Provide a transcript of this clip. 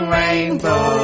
rainbow